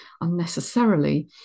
unnecessarily